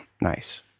Nice